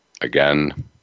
Again